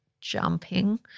jumping